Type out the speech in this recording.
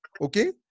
okay